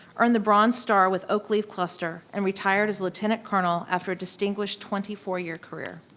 earned the bronze star with oak leaf cluster, and retired as lieutenant colonel after a distinguished twenty four year career.